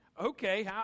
okay